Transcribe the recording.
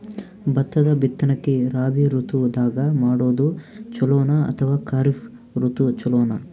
ಭತ್ತದ ಬಿತ್ತನಕಿ ರಾಬಿ ಋತು ದಾಗ ಮಾಡೋದು ಚಲೋನ ಅಥವಾ ಖರೀಫ್ ಋತು ಚಲೋನ?